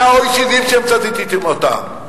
מה-OECD, שמצטטים אותם,